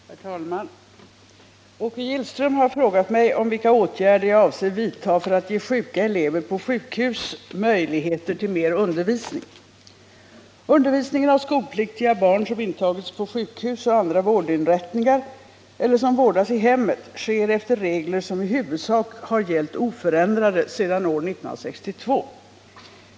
Herr talman! Åke Gillström har frågat mig om vilka åtgärder jag avser att vidta för att ge sjuka elever på sjukhus möjligheter till mer undervisning. Undervisningen av skolpliktiga barn som intagits på sjukhus och andra vårdinrättningar eller som vårdas i hemmet sker efter regler som i huvudsak har gällt oförändrade sedan år 1962.